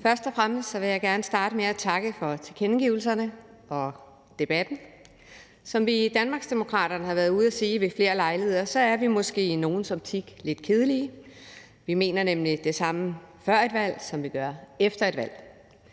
Først og fremmest vil jeg gerne starte med at takke for tilkendegivelserne og debatten. Som vi i Danmarksdemokraterne har været ude at sige ved flere lejligheder, er vi måske i nogles optik lidt kedelige. Vi mener nemlig det samme før et valg, som vi gør efter et valg.